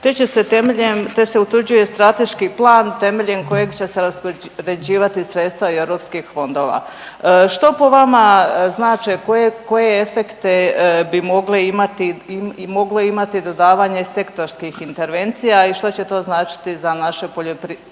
te će se temeljem, te se utvrđuje strateški plan temeljem kojeg će se raspoređivati i sredstva iz europskih fondova. Što po vama znače, koje, koje efekte bi mogle imati i mogle imati dodavanje sektorskih intervencija i što će to značiti za naše poljoprivrednike